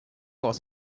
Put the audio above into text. was